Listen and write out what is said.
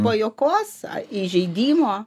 pajuokos ar įžeidimo